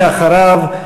ואחריו,